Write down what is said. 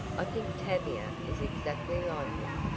i think tavia is exactly like him.